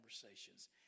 conversations